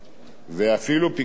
אלוף פיקוד העורף,